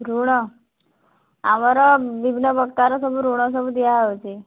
ଋଣ ଆମର ବିଭିନ୍ନପ୍ରକାର ସବୁ ଋଣ ସବୁ ଦିଆହେଉଛି